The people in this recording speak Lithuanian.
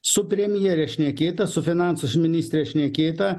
su premjere šnekėta su finansų ministre šnekėta